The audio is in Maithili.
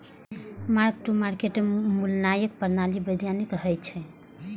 मार्क टू मार्केट मूल्यांकन प्रणाली वैधानिक होइ छै